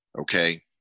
okay